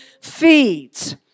feeds